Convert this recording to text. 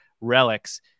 relics